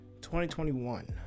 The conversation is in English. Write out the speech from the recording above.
2021